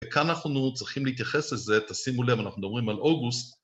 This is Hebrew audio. וכאן אנחנו צריכים להתייחס לזה, תשימו לב, אנחנו מדברים על אוגוסט